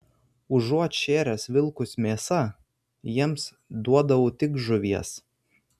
užuot šėręs vilkus mėsa jiems duodavau tik žuvies